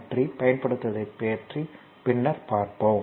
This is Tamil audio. பற்றி பயன்படுத்துவதைப் பின்னர் பார்ப்போம்